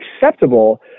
acceptable